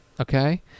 okay